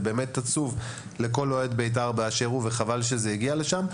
זה באמת עצוב לכל אוהד בית"ר באשר הוא וחבל שזה הגיע לשם.